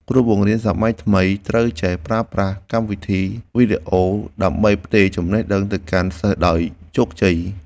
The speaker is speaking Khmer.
គ្រូបង្រៀនសម័យថ្មីត្រូវចេះប្រើប្រាស់កម្មវិធីវីដេអូ ដើម្បីផ្ទេរចំណេះដឹងទៅកាន់សិស្សដោយជោគជ័យ។